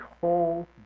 whole